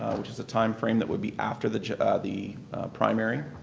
which is a time frame that would be after the ah the primary.